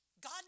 God